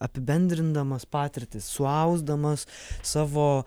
apibendrindamas patirtį suausdamas savo